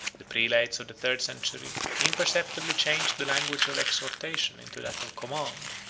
the prelates of the third century imperceptibly changed the language of exhortation into that of command,